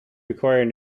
requiring